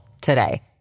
today